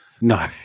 No